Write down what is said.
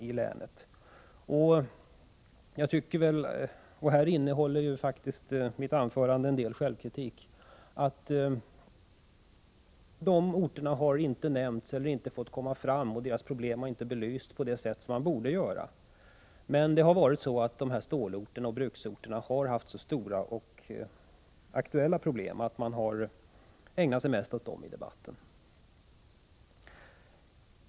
På den här punkten kan mitt anförande innehålla en del av självkritik, eftersom situationen på dessa orter inte har belysts på det sätt som borde ha skett. Dessa orter har haft så stora aktuella problem att debatten kommit att röra sig mest om dessa.